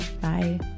Bye